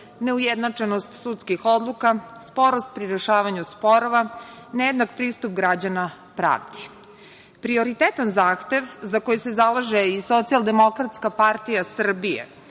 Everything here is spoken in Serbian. neujednačenost sudskih odluka, sporost pri rešavanju sporova, nejednak pristup građana pravdi. Prioritetan zahtev za koji se zalaže i SDPS jeste da sudije